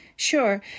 Sure